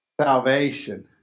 Salvation